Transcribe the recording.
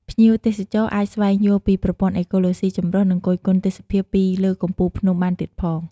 ភ្ញៀវទេសចរអាចស្វែងយល់ពីប្រព័ន្ធអេកូឡូស៊ីចម្រុះ និងគយគន់ទេសភាពពីលើកំពូលភ្នំបានទៀតផង។